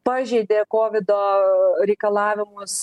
pažeidė kovido reikalavimus